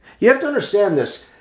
you have to understand this,